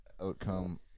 outcome